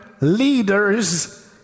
leaders